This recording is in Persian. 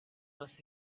است